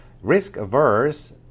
risk-averse